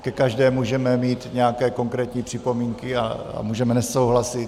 Ke každé můžeme mít nějaké konkrétní připomínky a můžeme nesouhlasit.